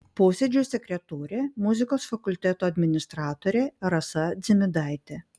posėdžio sekretorė muzikos fakulteto administratorė rasa dzimidaitė